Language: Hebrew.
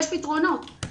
יש פתרונות.